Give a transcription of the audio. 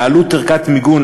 העלות של ערכת מיגון,